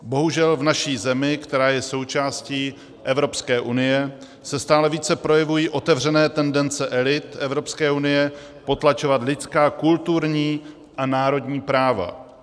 Bohužel v naší zemi, která je součástí Evropské unie, se stále více projevují otevřené tendence elit Evropské unie potlačovat lidská, kulturní a národní práva.